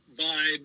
vibe